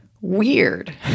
Weird